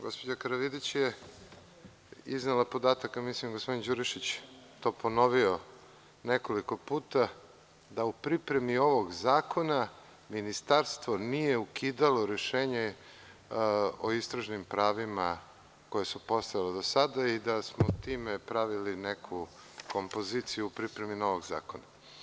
Gospođa Karavidić je iznela podatak, mislim da je gospodin Đurišić to ponovio nekoliko puta, da u pripremi ovog zakona Ministarstvo nije ukidalo rešenje o istražnim pravima koja su postojala do sada i da smo time pravili neku kompoziciju u pripremi novog zakona.